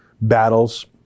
battles